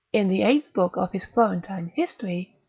in the eighth book of his florentine history,